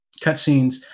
cutscenes